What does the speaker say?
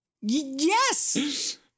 Yes